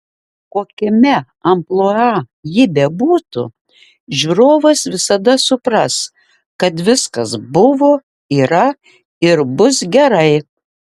kokiame amplua ji bebūtų žiūrovas visada supras kad viskas buvo yra ir bus gerai